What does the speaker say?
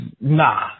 nah